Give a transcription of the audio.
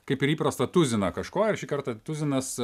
kaip ir įprasta tuziną kažko ir šį kartą tuzinas